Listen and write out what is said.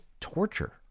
torture